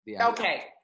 Okay